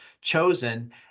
chosen